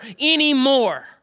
anymore